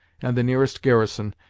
and the nearest garrison,